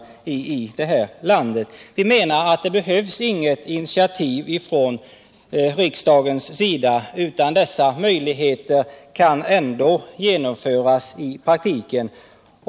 Det behövs inget initiativ från riksdagen, utan detta kan ändå genomföras.